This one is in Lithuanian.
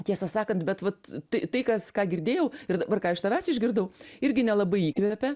tiesą sakant bet vat tai kas ką girdėjau ir dabar ką iš tavęs išgirdau irgi nelabai įkvepia